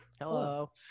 Hello